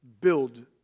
build